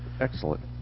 Excellent